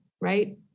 right